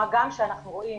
מה גם שאנחנו רואים